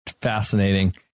Fascinating